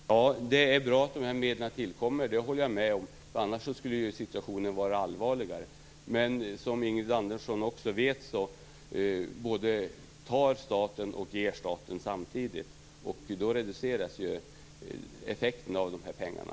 Fru talman! Det är bra att dessa medel tillkommer. Det håller jag med om. Annars skulle ju situationen vara allvarligare. Men som Ingrid Andersson vet både ger och tar staten samtidigt. Då reduceras ju effekten av de här pengarna.